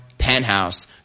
penthouse